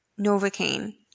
Novocaine